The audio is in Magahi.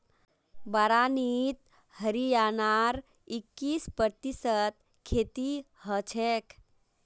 बारानीत हरियाणार इक्कीस प्रतिशत खेती हछेक